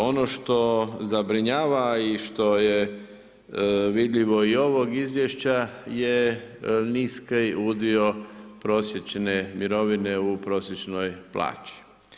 Ono što zabrinjava i što je vidljivo i iz ovog izvješća je niski udio prosječne mirovine u prosječnoj plaći.